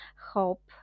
hope